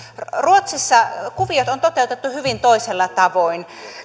ruotsissa kuviot on toteutettu hyvin toisella tavoin